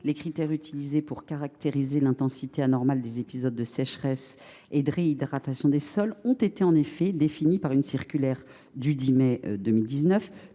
les critères utilisés pour caractériser l’intensité anormale des épisodes de sécheresse et de réhydratation des sols, ont été en effet définies par une circulaire du 10 mai 2019,